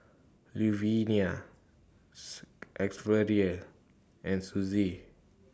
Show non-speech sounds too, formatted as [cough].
Luvenia [unintelligible] and Sussie